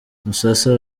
musasa